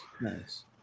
Nice